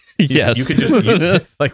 Yes